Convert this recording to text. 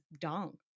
dong